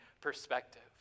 perspective